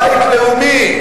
הבית הלאומי,